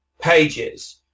pages